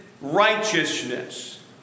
righteousness